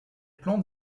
plan